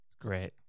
Great